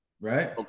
right